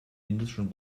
indischen